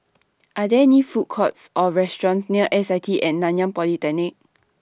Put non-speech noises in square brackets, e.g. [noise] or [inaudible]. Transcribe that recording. Are There Food Courts Or restaurants near S I T At Nanyang Polytechnic [noise]